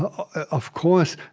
ah of course,